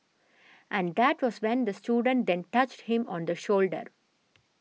and that was when the student then touched him on the shoulder